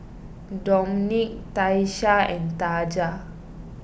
Domenic Tyesha and Taja